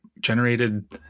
generated